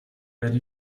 werde